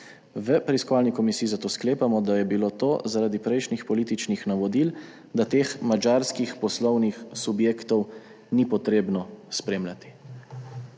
V Preiskovalni komisiji zato sklepamo, da je bilo to zaradi prejšnjih političnih navodil, da teh madžarskih poslovnih subjektov ni potrebno spremljati.«